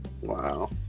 Wow